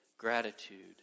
Gratitude